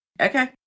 Okay